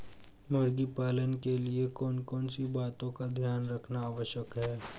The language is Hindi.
मुर्गी पालन के लिए कौन कौन सी बातों का ध्यान रखना आवश्यक है?